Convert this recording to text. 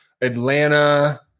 Atlanta